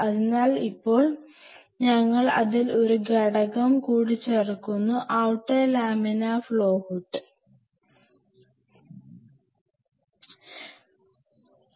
അതിനാൽ ഇപ്പോൾ ഞങ്ങൾ അതിൽ ഒരു ഘടകം കൂടി ചേർത്തു outer laminar flow hood outer laminar flow hood